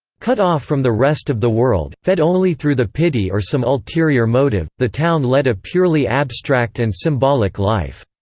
cut off from the rest of the world, fed only through the pity or some ulterior motive, the town led a purely abstract and symbolic life.